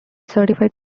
certified